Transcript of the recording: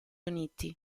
uniti